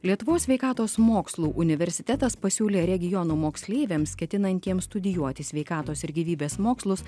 lietuvos sveikatos mokslų universitetas pasiūlė regionų moksleiviams ketinantiems studijuoti sveikatos ir gyvybės mokslus